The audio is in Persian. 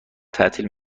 تعطیل